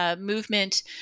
movement